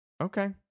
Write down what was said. Okay